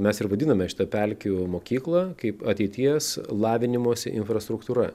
mes ir vadiname šitą pelkių mokyklą kaip ateities lavinimosi infrastruktūra